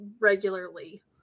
regularly